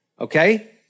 Okay